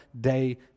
day